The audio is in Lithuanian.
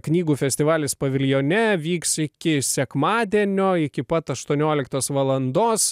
knygų festivalis paviljone vyks iki sekmadienio iki pat aštuonioliktos valandos